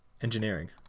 Engineering